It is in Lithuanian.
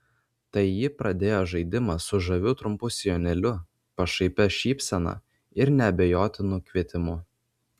tai ji pradėjo žaidimą su žaviu trumpu sijonėliu pašaipia šypsena ir neabejotinu kvietimu